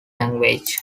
language